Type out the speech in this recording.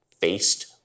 faced